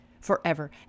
forever